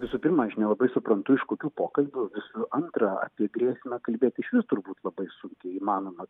visų pirma aš nelabai suprantu iš kokių pokalbių visų antra apie grėsmę kalbėt išvis turbūt labai sunkiai įmanoma